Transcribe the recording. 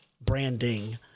branding